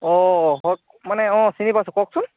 অঁ মানে অঁ চিনি পাইছোঁ কওকচোন